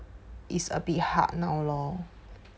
is a bit hard now lor